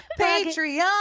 patreon